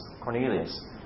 Cornelius